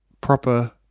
proper